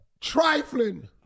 trifling